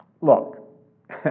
look